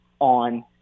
on